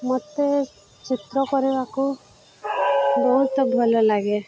ମୋତେ ଚିତ୍ର କରିବାକୁ ବହୁତ ଭଲ ଲାଗେ